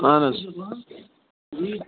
اَہَن حظ